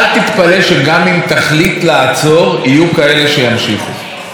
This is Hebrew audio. אל תתפלא שגם אם תחליט לעצור יהיו כאלה שימשיכו.